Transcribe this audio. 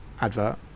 advert